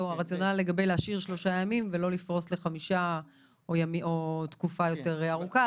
הרציונל להשאיר שלושה ימים ולא לפרוס לתקופה יותר ארוכה,